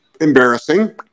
embarrassing